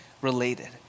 related